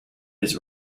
his